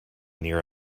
near